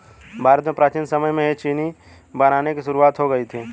भारत में प्राचीन समय में ही चीनी बनाने की शुरुआत हो गयी थी